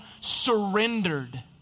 surrendered